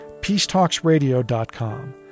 peacetalksradio.com